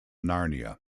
narnia